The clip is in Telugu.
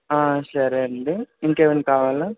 సరే అండి ఇంకేమైనా కావాలా